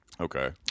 Okay